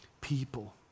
people